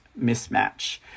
mismatch